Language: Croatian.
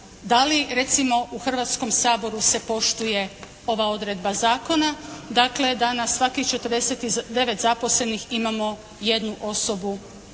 da li recimo u Hrvatskom saboru se poštuje ova odredba zakona. Dakle, da na svakih 49 zaposlenih imamo jednu osobu zaposlenu,